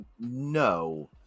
No